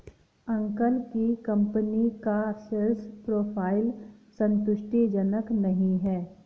uncle की company का sales profile संतुष्टिजनक नही है